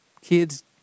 Kids